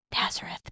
Nazareth